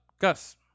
Gus